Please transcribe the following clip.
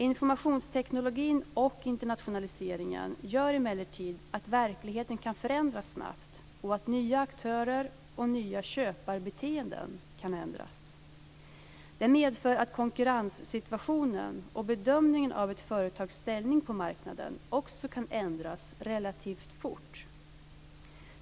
Informationsteknologin och internationaliseringen gör emellertid att verkligheten kan förändras snabbt och att nya aktörer och nya köparbeteenden kan ändras. Det här medför att konkurrenssituationen och bedömningen av ett företags ställning på marknaden också kan ändras relativt fort.